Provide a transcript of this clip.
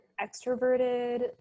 extroverted